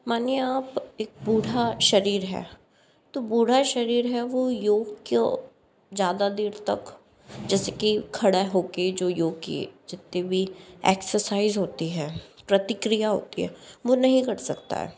मानिए आप एक बूढ़ा शारीर है तो बूढ़ा शरीर है वो योग क्या ज़्यादा देर तक जैसे की खड़ा हो के जो योग के जितने भी एक्सरसाइज़ होती है प्रतिक्रिया होती है वो नहीं कर सकता है